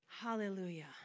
Hallelujah